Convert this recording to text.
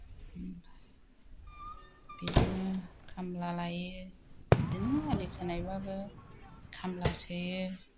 ओमफ्राय बिदिनो खामला लायो बिदिनो आलि खोनायब्लाबो खामला सोयो